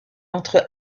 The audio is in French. entre